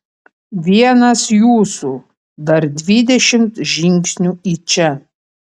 vienas jūsų dar dvidešimt žingsnių į čia